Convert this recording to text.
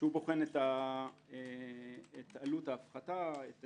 שבוחן את עלות ההפחתה, את